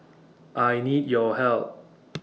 I need your help